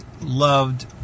loved